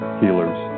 healers